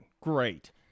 Great